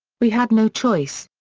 we had no choice.